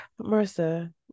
Marissa